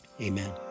Amen